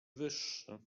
wyższy